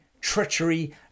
treachery